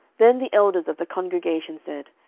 then the elders of the congregation said,